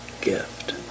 gift